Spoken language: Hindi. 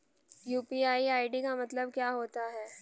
यू.पी.आई आई.डी का मतलब क्या होता है?